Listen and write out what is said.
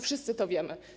Wszyscy to wiemy.